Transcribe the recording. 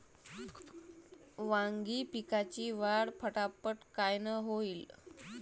वांगी पिकाची वाढ फटाफट कायनं होईल?